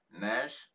Nash